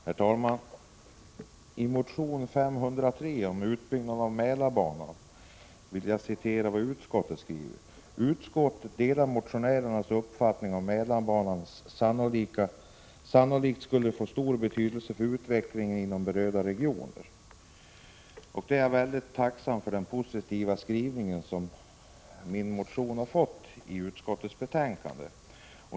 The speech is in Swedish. Herr talman! Angående motion T503 om utbyggnad av Mälarbanan vill jag citera vad utskottet skriver: ”Utskottet delar motionärernas uppfattning att Mälarbanan sannolikt skulle få stor betydelse för utvecklingen inom berörda 93 regioner.” Jag är mycket tacksam för den positiva skrivningen som min motion har fått i utskottets betänkande.